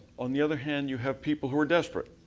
on the other hand you have people who are desperate.